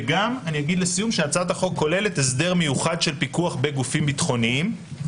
וגם הצעת החוק כוללת הסדר מיוחד של פיקוח בגופים ביטחוניים.